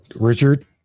Richard